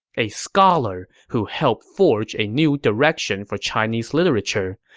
a scholar who helped forge a new direction for chinese literature,